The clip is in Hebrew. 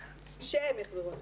כשהם יחזרו ללימודים.